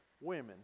women